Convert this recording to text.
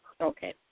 Okay